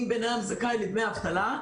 אם בן אדם זכאי לדמי אבטלה,